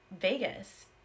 Vegas